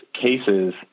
cases